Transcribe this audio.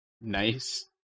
nice